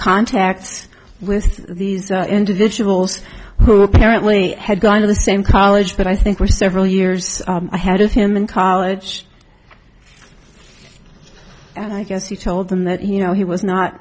contacts with these individuals who apparently had gone to the same college that i think were several years ahead of him in college and i guess he told them that you know he was not